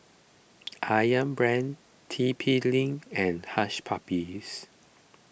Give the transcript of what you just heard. Ayam Brand T P Link and Hush Puppies